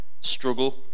struggle